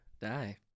die